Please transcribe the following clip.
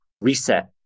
reset